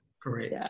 Great